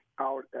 out